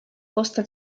costa